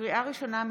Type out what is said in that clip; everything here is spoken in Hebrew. לקריאה ראשונה,